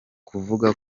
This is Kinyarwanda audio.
kuvuga